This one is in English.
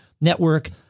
network